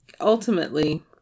ultimately